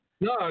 No